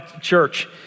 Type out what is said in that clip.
church